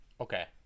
Okay